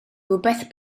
rywbeth